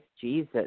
Jesus